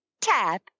Tap